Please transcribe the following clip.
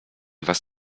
was